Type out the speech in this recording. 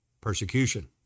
persecution